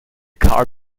car